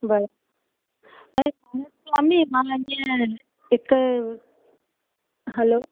ब र पर महाराज स्वामी मां अॼु हिकु हलो